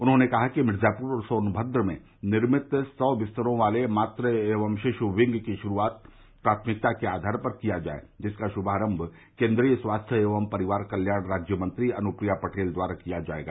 उन्होंने कहा कि मिर्जापुर और सोनमद्र में निर्मित सौ बिस्तरों वाले मात एवं शिशु विंग की शुरूआत प्राथमिकता के आधार पर किया जाये जिसका शुमारम्म केन्द्रीय स्वास्थ्य एवं परिवार कल्याण राज्यमंत्री अनुप्रिया पटेल द्वारा किया जायेगा